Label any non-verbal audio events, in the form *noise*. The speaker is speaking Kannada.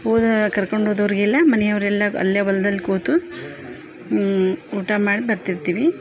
*unintelligible* ಕರ್ಕೊಂಡ್ ಹೋದವರಿಗೆಲ್ಲ ಮನೆಯವರೆಲ್ಲ ಅಲ್ಲೇ ಹೊಲ್ದಲ್ ಕೂತು ಊಟ ಮಾಡಿ ಬರ್ತಿರ್ತೀವಿ